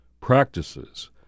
practices